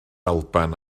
alban